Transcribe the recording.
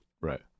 Right